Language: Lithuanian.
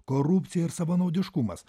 korupcija ir savanaudiškumas